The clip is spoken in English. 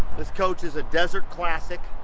this coach is a desert classic.